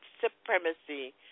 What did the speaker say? supremacy